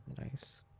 Nice